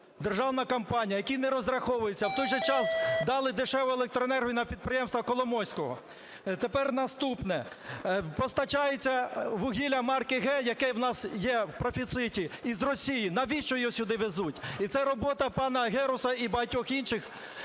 державна компанія, які не розраховуються, в той же час дали дешеву електроенергію на підприємства Коломойського. Тепер наступне. Постачається вугілля марки "Г", яке в нас є в профіциті, із Росії. Навіщо його сюди везуть? І це робота пана Геруса і багатьох інших